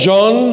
John